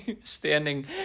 standing